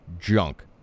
Junk